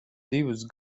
divus